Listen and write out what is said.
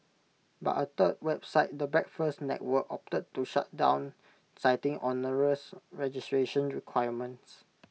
but A third website the breakfast network opted to shut down citing onerous registration requirements